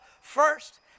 first